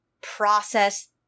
process